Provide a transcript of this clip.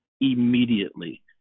immediately